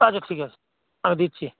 আচ্ছা ঠিক আছে আমি দিচ্ছি